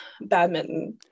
Badminton